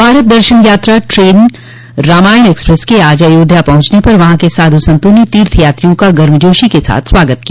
Bharat Darshan Yatra train Ramayan express के आज अयोध्या पहुंचने पर वहां के साधु संतों ने तीर्थयात्रियों का गर्मजोशी क साथ स्वागत किया